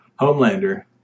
Homelander